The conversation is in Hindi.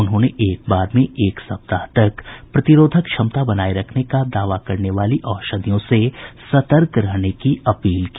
उन्होंने एक बार में एक सप्ताह तक प्रतिरोधक क्षमता बनाए रखने का दावा करने वाली औषधियों से सतर्क रहने की अपील की